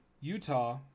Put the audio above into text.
Utah